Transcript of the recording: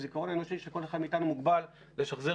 הזיכרון האנושי של כל אחד מאתנו מוגבל לשחזר